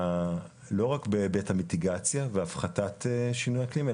לא רק בהיבט המיטיגציה והפחתת שינוי האקלים,